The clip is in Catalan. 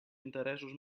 interessos